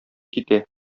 китә